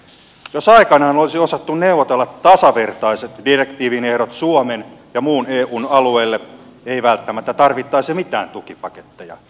jos aikanaan olisi osattu neuvotella tasavertaiset direktiivin ehdot suomen ja muun eun alueille ei välttämättä tarvittaisi mitään tukipaketteja